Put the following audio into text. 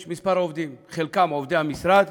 יש כמה עובדים, חלקם עובדי המשרד,